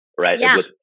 right